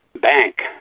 Bank